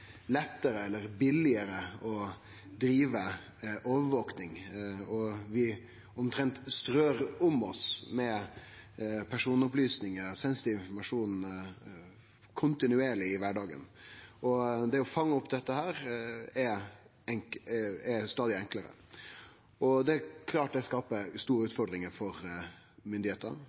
lettare eller billigare å drive med overvaking. Vi strør omtrent kontinuerleg om oss med personopplysningar og sensitiv informasjon i kvardagen. Det å fange dette opp er stadig enklare. Det er klart det skaper store utfordringar for myndigheitene